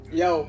yo